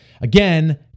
again